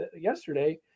yesterday